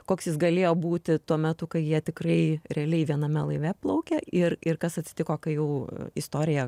koks jis galėjo būti tuo metu kai jie tikrai realiai viename laive plaukia ir ir kas atsitiko kai jau istorija